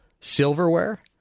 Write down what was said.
Silverware